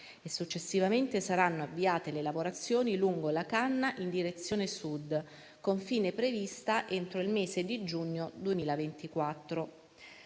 successivamente saranno avviate le lavorazioni lungo la canna in direzione Sud, con fine prevista entro il mese di giugno 2024.